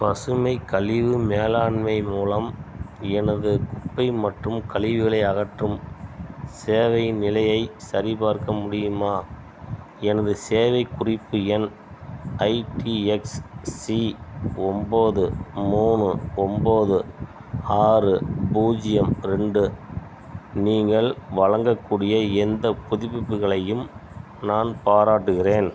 பசுமை கழிவு மேலாண்மை மூலம் எனது குப்பை மற்றும் கலிவுகளை அகற்றும் சேவையின் நிலையைச் சரிபார்க்க முடியுமா எனது சேவை குறிப்பு எண் ஐடிஎக்ஸ்சி ஒம்பது மூணு ஒம்பது ஆறு பூஜ்ஜியம் ரெண்டு நீங்கள் வழங்கக்கூடிய எந்த புதுப்பிப்புகளையும் நான் பாராட்டுகிறேன்